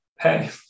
hey